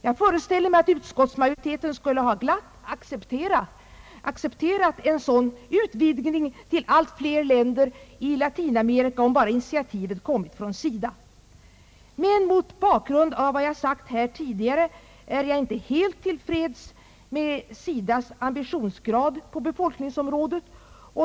Jag föreställer mig att utskottsmajoriteten skulle ha glatt accepterat en sådan utvidgning till allt fler länder i Latinamerika om bara initiativet kommit från SIDA. Men mot bakgrund av vad jag har sagt här tidigare är jag inte helt till freds med SIDA:s ambitionsgrad på befolkningsområdet.